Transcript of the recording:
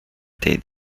tej